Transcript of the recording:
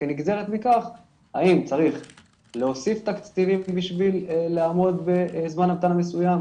וכנגזרת מכך האם צריך להוסיף תקציבים בשביל לעמוד בזמן המתנה מסוים,